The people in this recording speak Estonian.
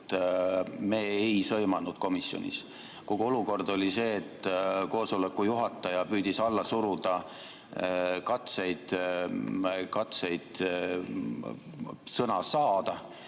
Me ei sõimanud komisjonis. Kogu olukord oli see, et koosoleku juhataja püüdis alla suruda katseid sõna saada